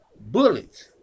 bullets